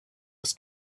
was